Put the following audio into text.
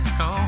go